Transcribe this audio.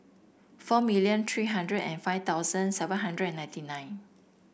four million three hundred and five thousand seven hundred ninety nine